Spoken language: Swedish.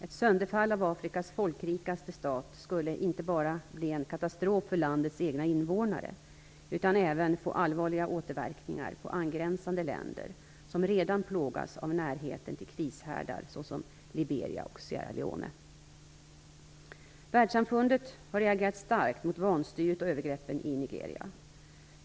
Ett sönderfall av Afrikas folkrikaste stat skulle inte bara bli en katastrof för landets egna innevånare utan även få allvarliga återverkningar på angränsande länder, som redan plågas av närheten till krishärdar, såsom Liberia och Sierra Leone. Världssamfundet har reagerat starkt mot vanstyret och övergreppen i Nigeria.